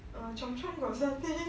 err Chomp Chomp got satay